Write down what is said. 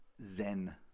zen